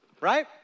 Right